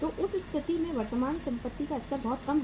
तो उस स्थिति में वर्तमान संपत्ति का स्तर बहुत कम है